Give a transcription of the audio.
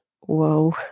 whoa